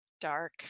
Dark